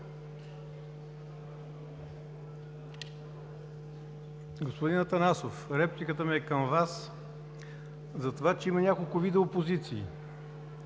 Господин Атанасов, репликата ми към Вас е затова, че има няколко вида опозиции.